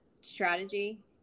strategy